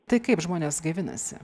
tai kaip žmonės gaivinasi